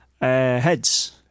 Heads